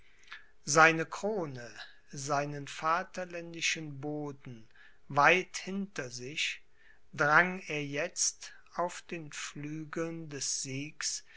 seine krone seinen vaterländischen boden weit hinter sich drang er jetzt auf den flügeln des siegs